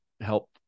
help